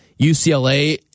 UCLA